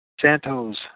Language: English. Santos